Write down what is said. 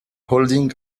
holding